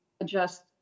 adjust